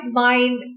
mind